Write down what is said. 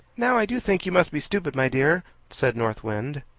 now, i do think you must be stupid, my dear said north wind.